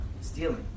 Stealing